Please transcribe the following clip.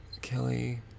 Kelly